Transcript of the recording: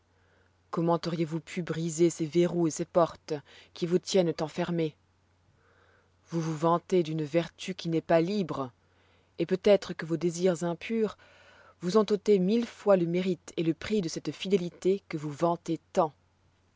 comment auriez-vous pu briser ces verrous et ces portes qui vous tiennent enfermée vous vous vantez d'une vertu qui n'est pas libre et peut-être que vos désirs impurs vous ont ôté mille fois le mérite et le prix de cette fidélité que vous vantez tant